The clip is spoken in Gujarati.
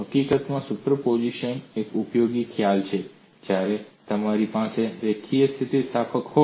હકીકતમાં સુપરપોઝિશન એક ઉપયોગી ખ્યાલ છે જ્યારે તમારી પાસે રેખીય સ્થિતિસ્થાપકતા હોય